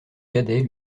cadet